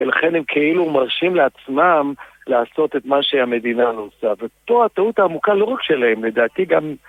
ולכן הם כאילו מרשים לעצמם לעשות את מה שהמדינה עושה. ותוך הטעות העמוקה לא רק שלהם, לדעתי גם...